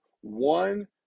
one